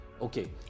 Okay